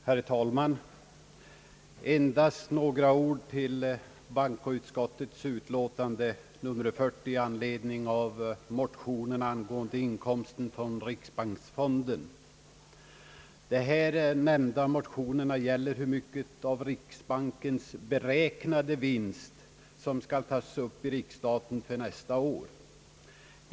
Herr talman! Endast några ord till bankoutskottets utlåtande nr 40 i anledning av motioner angående inkomsten från riksbanksfonden. De här nämnda motionerna gäller hur mycket av riksbankens beräknade vinst som skall tas upp i riksstaten för nästa år.